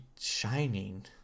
shining